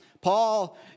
Paul